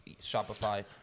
Shopify